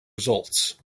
results